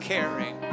Caring